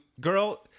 girl